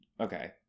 okay